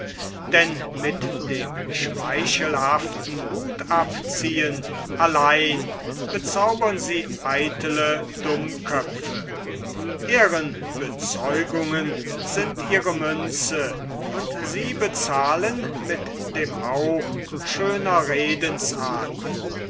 denn mit dem schmeichelhaften hutabziehen allein bezaubern sie eitele dummköpfe ehrenbezeugungen sind ihre münze und sie bezahlen mit dem hauch schöner redensarten